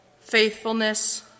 faithfulness